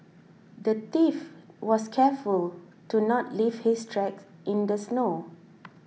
the thief was careful to not leave his tracks in the snow